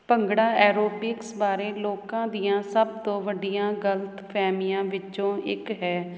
bhangra aerobics ਬਾਰੇ ਲੋਕਾਂ ਦੀਆਂ ਸਭ ਤੋਂ ਵੱਡੀਆਂ ਗਲਤਫਹਿਮੀਆਂ ਵਿੱਚੋਂ ਇੱਕ ਹੈ